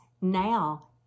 now